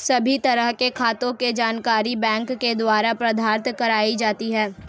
सभी तरह के खातों के जानकारी बैंक के द्वारा प्रदत्त कराई जाती है